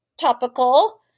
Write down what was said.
topical